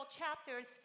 chapters